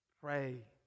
Pray